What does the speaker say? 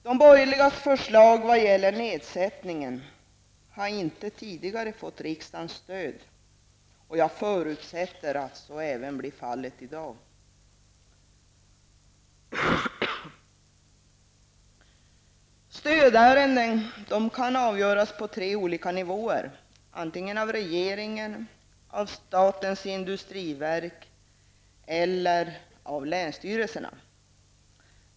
De borgerligas förslag vad gäller nedsättningen har inte tidigare fått riksdagens stöd, och jag förutsätter att så blir fallet även i dag. Stödärenden kan avgöras på tre olika nivåer: av regeringen, av statens industriverk eller av länsstyrelserna.